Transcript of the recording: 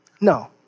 No